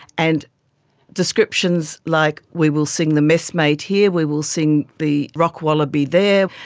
and descriptions like we will sing the messmate here, we will sing the rock wallaby there,